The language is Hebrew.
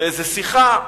לאיזו שיחה,